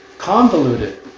convoluted